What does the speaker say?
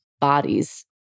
bodies